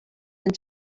than